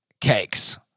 cakes